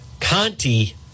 Conti